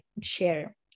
share